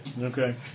Okay